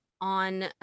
on